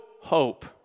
hope